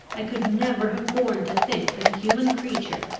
i could never have borne to think that a human creature,